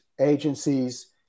agencies